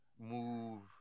Move